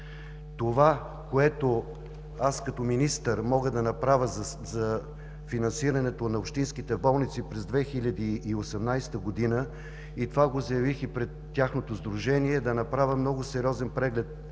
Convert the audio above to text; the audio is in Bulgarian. Това, което аз, като министър, мога да направя за финансирането на общинските болници през 2018 г. и го заявих и пред тяхното сдружение, е да направя много сериозен преглед